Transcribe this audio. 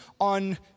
on